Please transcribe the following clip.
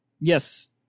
Yes